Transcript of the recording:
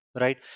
right